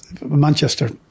Manchester